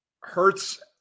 Hurts